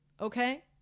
okay